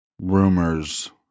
rumors